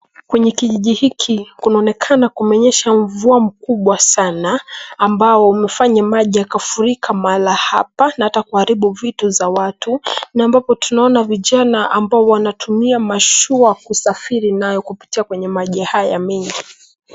Kwenye kijiji hiki kunaonekana kumenyesha mvua mkubwa sana ambao umefanya maji ikafurika mahala hapa na hata kuharibu vitu za watu na ambapo tunaona vijana ambao wanatumia mashua kusafiri nayo kupitia kwenye maji haya mengi.